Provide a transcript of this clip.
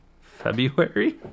february